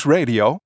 Radio